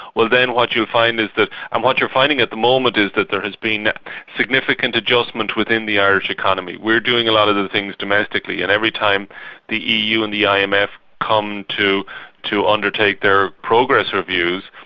well then what you'll find is that, and um what you're finding at the moment is that there has been significant adjustment within the irish economy. we're doing a lot of the the things domestically and every time the eu and the um imf come to to undertake their progress reviews,